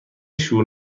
شور